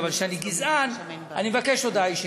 אבל על שאני גזען, אני מבקש הודעה אישית.